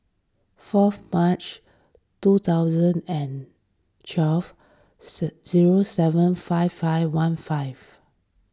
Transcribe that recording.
fourth March two thousand and twelve zero seven five five one five